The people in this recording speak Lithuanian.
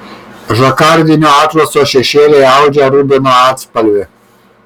žakardinio atlaso šešėliai audžia rubino atspalvį